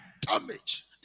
Damage